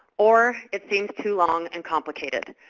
or it seems too long and complicated.